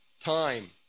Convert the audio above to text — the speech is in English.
time